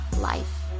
life